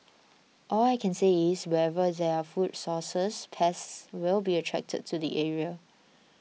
all I can say is wherever there are food sources pests will be attracted to the area